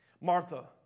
Martha